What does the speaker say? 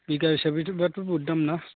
बिघा हिसाबैथ' बाथ बहुथ दाम ना